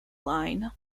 line